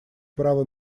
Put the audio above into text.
права